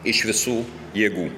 iš visų jėgų